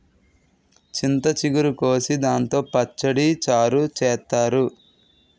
చింత చిగురు కోసి దాంతో పచ్చడి, చారు చేత్తారు